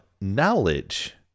knowledge